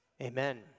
Amen